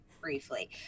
briefly